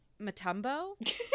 Matumbo